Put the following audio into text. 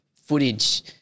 footage